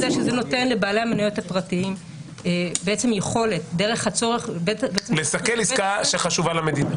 זה נותן לבעלי המניות הפרטיים יכולת --- לסכל עסקה שחשובה למדינה.